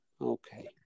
okay